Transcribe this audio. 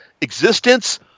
existence